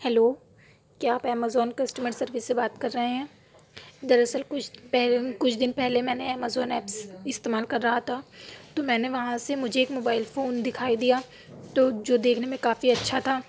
hello کیا آپ Amazon customer service سے بات کر رہے ہیں دراصل کچھ پہلے کچھ دِن پہلے میں نے امیزون ایپس استعمال کر رہا تھا تو میں نے وہاں سے مجھے ایک موبائل فون دکھائی دیا تو جو دیکھنے میں کافی اچھا تھا